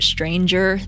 Stranger